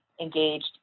engaged